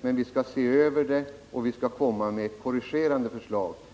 men vi skall se över det och komma med korrigeringsförslag.